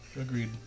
Agreed